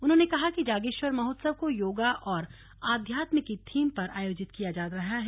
उन्होंने कहा कि जागेश्वर महोत्सव को योगा और अध्यात्म की थीम पर आयोजित किया जा रहा है